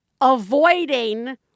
avoiding